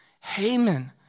Haman